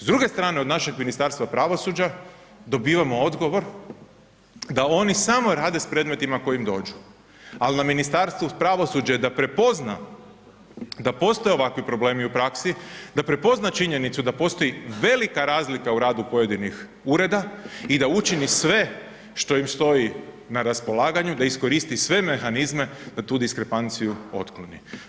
S druge strane od našeg Ministarstva pravosuđa dobivamo odgovor da oni samo rade s predmetima koja im dođu, ali na Ministarstvu pravosuđa je da prepozna da postoje ovakvi problemi u praksi, da prepozna činjenicu da postoji velika razlika u radu pojedinih ureda i da učini sve što im stoji na raspolaganju, da iskoristi sve mehanizme da tu diskrepanciju otkloni.